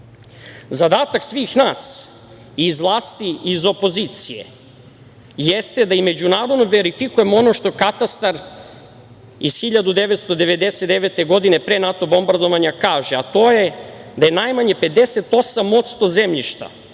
država. Zadatak svih nas iz vlasti i iz opozicije jeste da i međunarodno verifikujemo ono što katastar iz 1999. godine pre NATO bombardovanja kaže, a to je da je najmanje 58% zemljišta,